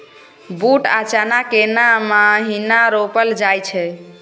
बूट आ चना केना महिना रोपल जाय छै?